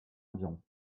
environ